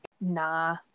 Nah